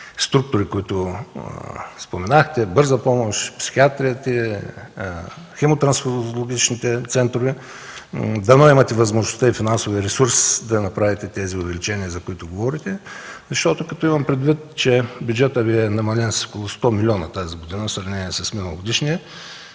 структури, които споменахте – Бърза помощ, психиатриите, хемотрансфулогичните центрове, дано имате възможността и финансовия ресурс да направите тези увеличения, за които говорите, защото, като имам предвид, че бюджетът Ви е намален с около 100 милиона тази година в сравнение с миналогодишния,